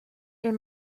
est